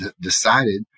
decided